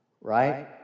right